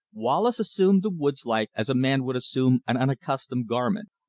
wallace assumed the woods life as a man would assume an unaccustomed garment.